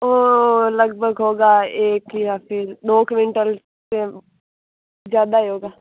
वो लगभग होगा एक या फिर दो क्विंटल से ज़्यादा ही होगा